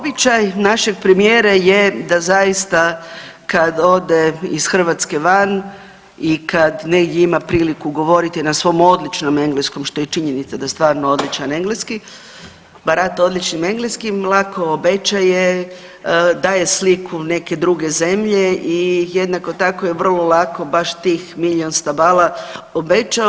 Običaj našeg premijera je da zaista kada ode iz Hrvatske van i kada negdje ima priliku govoriti na svom odličnom engleskom što je činjenica da je stvarno odličan engleski, barata odličnim engleskim, lako obećaje, daje sliku neke druge zemlje i jednako tako je vrlo lako baš tih milijun stabala obećao.